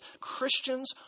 Christians